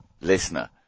listener